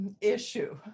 issue